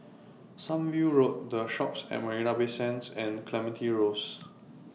Sunview Road The Shoppes At Marina Bay Sands and Clementi Close